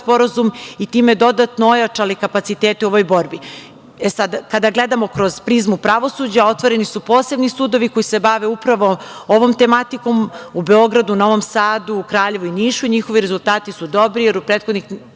i time dodatno ojačali kapacitete u ovoj borbi. Sada, kada gledamo kroz prizmu pravosuđa, otvoreni su posebni sudovi koji se bave upravo ovom tematikom u Beogradu, Novom Sadu, Kraljevu i Nišu i njihovi rezultati su dobri, jer u prethodne